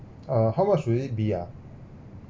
uh how much will it be ah